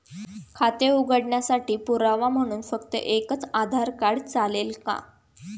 खाते उघडण्यासाठी पुरावा म्हणून फक्त एकच आधार कार्ड चालेल का?